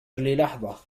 للحظة